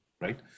right